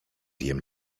wiem